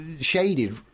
shaded